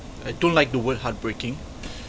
I don't like the word heartbreaking